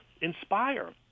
inspire